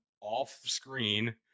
off-screen